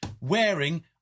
wearing